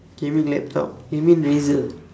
gaming laptop you mean razer